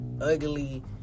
ugly